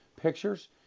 pictures